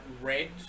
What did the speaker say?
red